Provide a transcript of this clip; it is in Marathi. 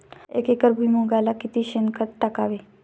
एक एकर भुईमुगाला किती शेणखत टाकावे?